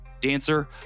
dancer